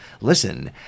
Listen